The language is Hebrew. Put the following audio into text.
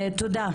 תודה.